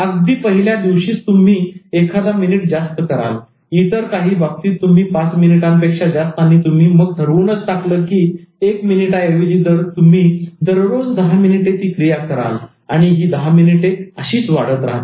अगदी पहिल्या दिवशीच तुम्ही एखादा मिनिट जास्त कराल इतर काही बाबतीत तुम्ही पाच मिनिटांपेक्षा जास्त आणि तुम्ही मग ठरवूनच टाकलं की एक मिनिटा ऐवजी तुम्ही दररोज दहा मिनिटे ती क्रिया कराल आणि ही दहा मिनिटे अशीच वाढत राहतील